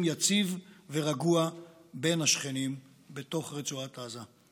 יציב ורגוע בין השכנים בתוך רצועת עזה.